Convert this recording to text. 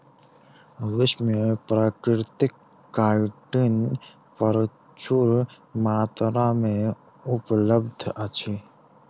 विश्व में प्राकृतिक काइटिन प्रचुर मात्रा में उपलब्ध अछि